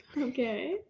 Okay